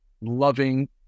loving